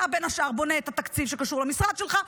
אתה בין השאר בונה את התקציב שקשור למשרד שלך.